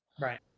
Right